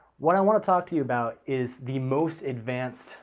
what i want to talk to you about is the most advanced.